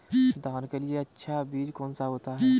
धान के लिए सबसे अच्छा बीज कौन सा है?